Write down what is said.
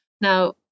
Now